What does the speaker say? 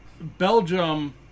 Belgium